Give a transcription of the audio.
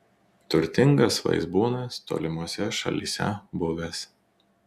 turtingas vaizbūnas tolimose šalyse buvęs